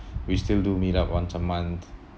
we still do meet up once a month